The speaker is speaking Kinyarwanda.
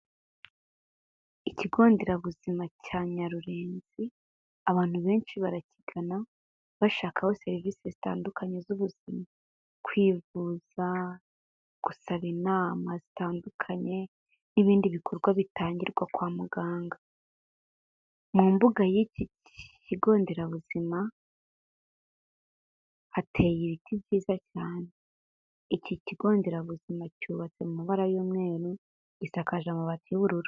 Ikigo nderabuzima cya Nyarurenzi abantu benshi barakigana, bashakaho serivisi zitandukanye z'ubuzima: kwivuza, gusaba inama zitandukanye n'ibindi bikorwa bitangirwa kwa muganga, mu mbuga y'iki kigo nderabuzima hateye ibiti byiza cyane, iki kigo nderabuzima cyubatse mu mabara y'umweru, gisakaje amabati y'ubururu.